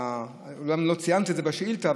אומנם לא ציינת את זה בשאילתה,